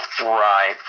Right